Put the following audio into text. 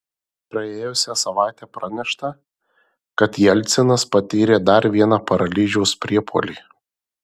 praėjusią savaitę pranešta kad jelcinas patyrė dar vieną paralyžiaus priepuolį